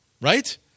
right